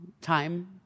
time